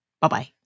bye-bye